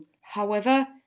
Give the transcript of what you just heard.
However